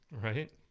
Right